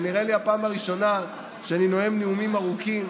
נראה לי שזו הפעם הראשונה שאני נואם נאומים ארוכים,